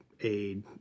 aid